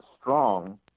strong